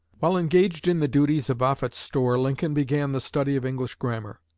while engaged in the duties of offutt's store lincoln began the study of english grammar.